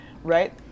right